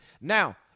Now